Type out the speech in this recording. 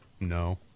No